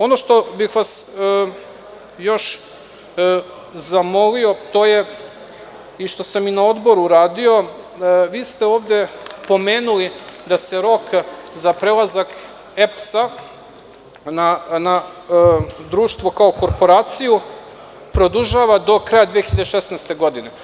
Ono što bih vas još zamolio, i što sam i na Odboru uradio, vi ste ovde pomenuli da se rok za prelazak EPS-a na društvo kao korporaciju produžava do kraja 2016. godine.